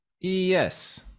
Yes